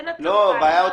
אמרנו.